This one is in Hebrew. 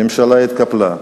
הממשלה התקפלה,